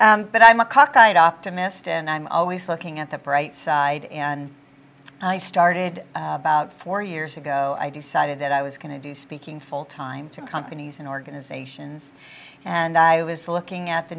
but i'm a cockeyed optimist and i'm always looking at the bright side and i started about four years ago i decided that i was going to do speaking full time to companies and organizations and i was looking at the